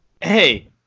Hey